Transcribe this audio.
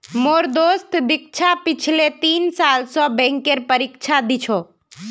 मोर दोस्त दीक्षा पिछले तीन साल स बैंकेर परीक्षा दी छ